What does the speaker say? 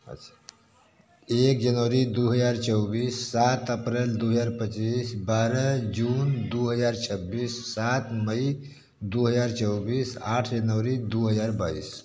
अच्छा एक जनवरी दो हज़ार चौबीस सात अप्रैल दो हज़ार पच्चीस बारह जून दो हज़ार छब्बीस सात मई दो हज़ार चौबीस आठ जनवरी दो हज़ार बाईस